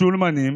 השולמנים